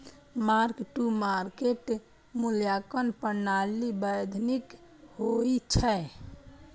mark to market मूल्यांकन प्रणाली वैधानिक होइ छै